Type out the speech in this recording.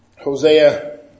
Hosea